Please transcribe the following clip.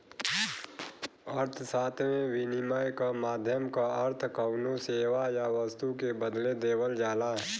अर्थशास्त्र में, विनिमय क माध्यम क अर्थ कउनो सेवा या वस्तु के बदले देवल जाला